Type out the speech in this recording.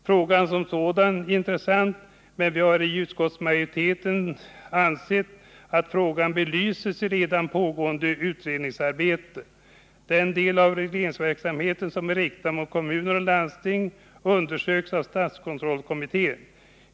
Frågan är intressant, men vi har från utskottsmajoritetens sida ansett att den belyses i redan pågående utredningsarbete. Den del av regleringsverksamheten som är riktad mot kommun och landsting undersöks av statskontrollkommittén.